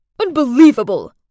Unbelievable